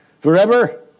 Forever